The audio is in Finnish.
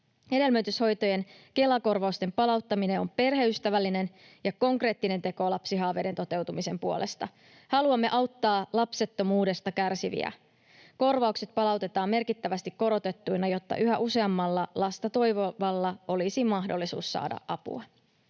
Hedelmöityshoitojen Kela-korvausten palauttaminen on perheystävällinen ja konkreettinen teko lapsihaaveiden toteutumisen puolesta. Haluamme auttaa lapsettomuudesta kärsiviä. Korvaukset palautetaan merkittävästi korotettuina, jotta yhä useammalla lasta toivovalla olisi mahdollisuus saada apua.